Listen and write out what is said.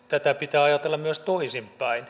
tätä pitää ajatella myös toisinpäin